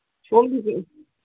ꯁꯣꯝꯒꯤꯗꯤ